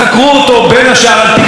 אני מבקש שם שקט, חברים.